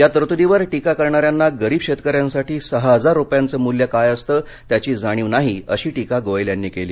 या तरतूदीवर टीका करणाऱ्यांना गरीब शेतकऱ्यासाठी सहा हजार रुपयांचं मूल्य काय असतं त्याची जाणीव नाही अशी टीका गोयल यांनी केली